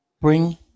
Bring